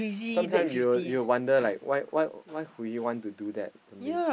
sometime you'll you'll wonder like why why why would he want to do that something